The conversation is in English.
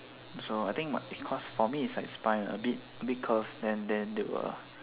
so I think might because for me is like spine a bit a bit curved then then they will